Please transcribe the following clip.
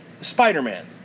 Spider-Man